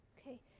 Okay